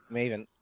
Maven